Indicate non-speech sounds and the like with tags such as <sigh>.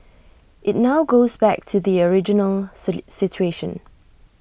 IT now goes back to the original <unintelligible> situation